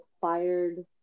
fired